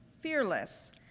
Fearless